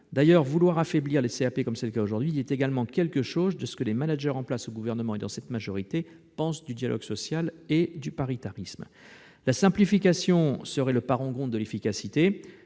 D'ailleurs, la volonté qui est la vôtre d'affaiblir les CAP dit également quelque chose de ce que les managers en place au Gouvernement et dans cette majorité pensent du dialogue social et du paritarisme. La simplification serait le parangon de l'efficacité